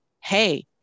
hey